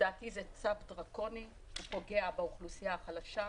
לדעתי זה צו דרקוני שפוגע באוכלוסייה החלשה,